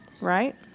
right